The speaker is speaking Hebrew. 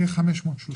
כ-530.